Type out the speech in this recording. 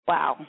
Wow